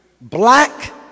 black